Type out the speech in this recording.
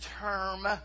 term